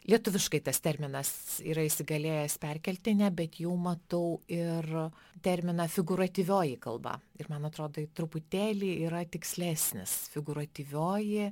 lietuviškai tas terminas yra įsigalėjęs perkeltinė bet jau matau ir terminą figūratyvioji kalba ir man atrodo ji truputėlį yra tikslesnis figūratyvioji